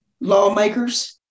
lawmakers